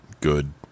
good